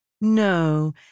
No